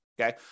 Okay